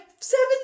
Seven